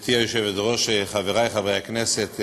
גברתי היושבת-ראש, חברי חברי הכנסת,